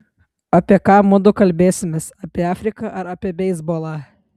apie ką mudu kalbėsimės apie afriką ar apie beisbolą